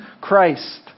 Christ